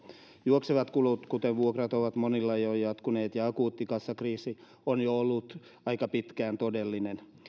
juoksevat kulut kuten vuokrat ovat monilla jatkuneet ja akuutti kassakriisi on ollut jo aika pitkään todellinen